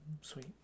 sweet